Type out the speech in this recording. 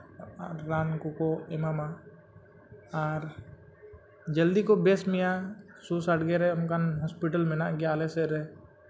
ᱨᱟᱱ ᱠᱚᱠᱚ ᱮᱢᱟᱢᱟ ᱟᱨ ᱡᱚᱞᱫᱤ ᱠᱚ ᱵᱮᱥ ᱢᱮᱭᱟ ᱥᱩᱨᱼᱥᱟᱰᱜᱮ ᱨᱮ ᱚᱱᱠᱟᱱ ᱦᱚᱥᱯᱤᱴᱟᱞ ᱢᱮᱱᱟᱜ ᱜᱮᱭᱟ ᱟᱞᱮ ᱥᱮᱫ ᱨᱮ